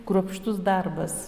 kruopštus darbas